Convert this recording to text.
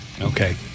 okay